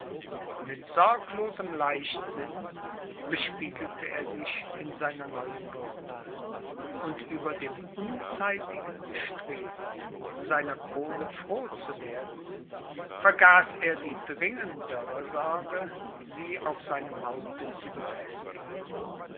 mit sorglosem leichtsinn bespiegelte er sich in seiner neuen würde und über dem unzeitigen bestreben seiner krone froh zu werden vergaß er die dringendere sorge sie auf seinem haupte zu befestigen